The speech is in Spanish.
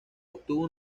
obtuvo